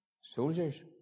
Soldiers